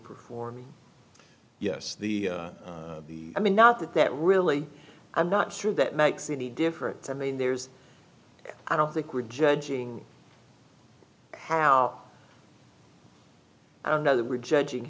performing yes the i mean not that that really i'm not sure that makes any difference i mean there's i don't think we're judging how i know they were judging